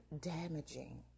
damaging